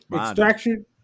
extraction